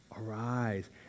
arise